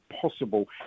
possible